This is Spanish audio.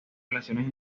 relaciones